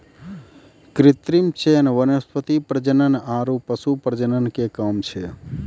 कृत्रिम चयन वनस्पति प्रजनन आरु पशु प्रजनन के काम छै